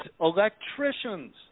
electricians